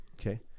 Okay